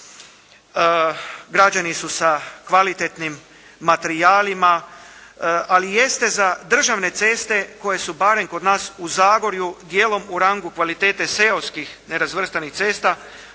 građeni su sa kvalitetnim materijalima, ali jeste za državne ceste koje su barem kod nas u Zagorju dijelom u rangu kvalitete seoskih nerazvrstanih cesta,